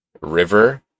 River